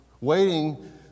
waiting